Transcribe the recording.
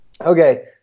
Okay